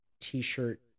t-shirt